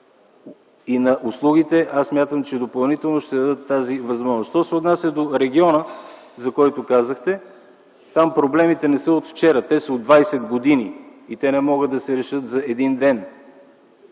и услуги смятам, че допълнително ще дадат такава възможност. Що се отнася до региона, за който казахте, там проблемите не са от вчера, а са от 20 години и не могат да се решат за един ден.